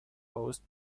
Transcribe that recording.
post